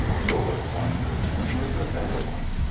your one good turn was a better one!